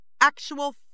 actual